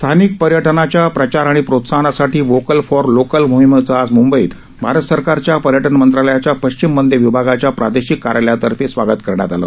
स्थानिक पर्यटनाच्या प्रचार आणि प्रोत्साहनासाठी वोकल फॉर लोकल मोहिमेचं आज मुंबईत भारत सरकारच्या पर्यटन मंत्रालयाच्या पश्चिम मध्य विभागाच्या प्रादेशिक कार्यालयातर्फे स्वागत करण्यात आलं